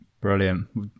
Brilliant